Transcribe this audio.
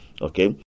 Okay